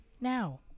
now